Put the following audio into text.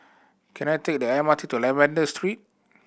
can I take the M R T to Lavender Street